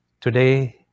Today